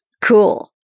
Cool